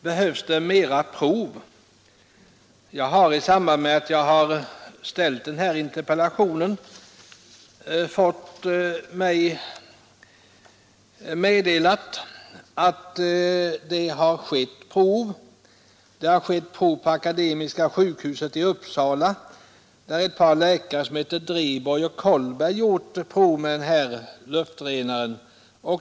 Behövs det mera prov? Jag har i samband med att jag har ställt denna interpellation fått mig meddelat att det har gjorts prov. Vid Akademiska sjukhuset i Uppsala har två läkare, Dreborg och Kollberg, gjort prov med ifrågavarande luftrenare.